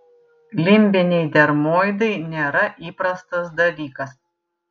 limbiniai dermoidai nėra įprastas dalykas